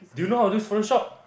do you know how to use Photoshop